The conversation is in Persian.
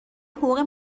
حقوق